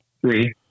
Three